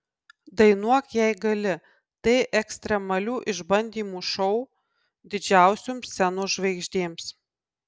dainuok jei gali tai ekstremalių išbandymų šou didžiausioms scenos žvaigždėms